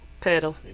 Pedal